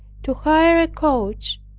to hire a coach,